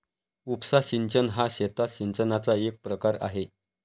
उपसा सिंचन हा शेतात सिंचनाचा एक प्रकार आहे